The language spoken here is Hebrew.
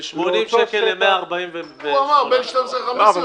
ב-80 מטר ל-140 --- הוא אמר: בין 12 ל-15,